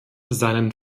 seinen